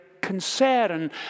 concern